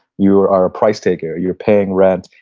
you are are a price taker, you're paying rent,